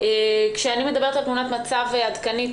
כשאני מדברת על תמונת מצב עדכנית,